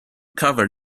carver